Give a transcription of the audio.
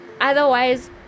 Otherwise